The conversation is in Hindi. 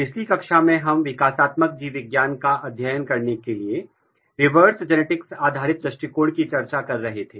पिछली कक्षा में हम विकासात्मक जीव विज्ञान का अध्ययन करने के लिए रिवर्स जेनेटिक्स आधारित दृष्टिकोण की चर्चा कर रहे थे